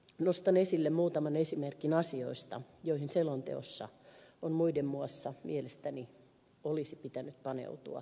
nostan esille muutaman esimerkin asioista joihin selonteossa olisi muiden muassa mielestäni pitänyt paneutua syvemmin